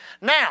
Now